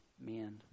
men